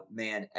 man